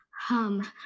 hum